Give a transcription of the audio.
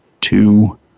two